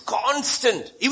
constant